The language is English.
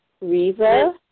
Riva